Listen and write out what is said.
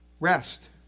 Rest